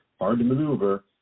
hard-to-maneuver